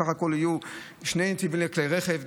סך הכול יהיו שני נתיבי כלי רכב,